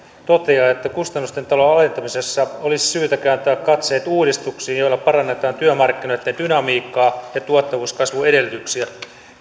todennut että kustannusten alentamisesta olisi syytä kääntää katseet uudistuksiin joilla parannetaan työmarkkinoitten dynamiikkaa ja tuottavuuskasvun edellytyksiä